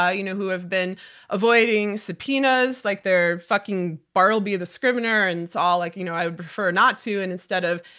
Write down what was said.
ah you know who have been avoiding subpoenas like they're fucking bartleby the scrivener, and it's all like, you know, i would prefer not to, and instead of,